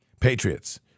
Patriots